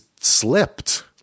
slipped